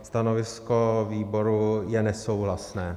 Stanovisko výboru je nesouhlasné.